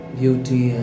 beauty